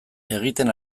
egiten